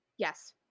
Yes